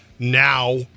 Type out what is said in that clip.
Now